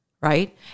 Right